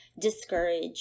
discourage